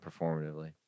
performatively